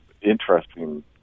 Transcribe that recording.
interesting